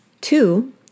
Two